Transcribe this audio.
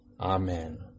Amen